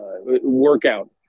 workout